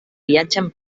viatgen